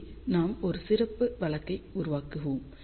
இங்கே நாம் ஒரு சிறப்பு வழக்கை உருவாக்குவோம்